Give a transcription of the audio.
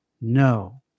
No